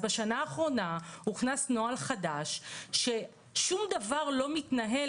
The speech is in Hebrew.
אז בשנה האחרונה הוכנס נוהל חדש ששום דבר לא מתנהל